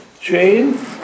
chain